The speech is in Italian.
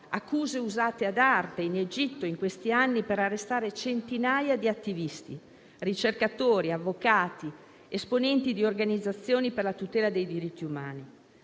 accuse usate ad arte in Egitto in questi anni per arrestare centinaia di attivisti, ricercatori, avvocati, esponenti di organizzazioni per la tutela dei diritti umani.